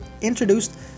introduced